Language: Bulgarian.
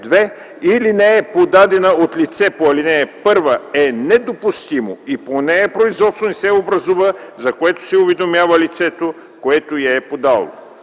2 или не е подадена от лице по ал. 1, е недопустима и по нея производство не се образува, за което се уведомява лицето, което я е подало.